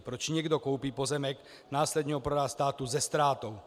Proč někdo koupí pozemek a následně ho prodá státu se ztrátou?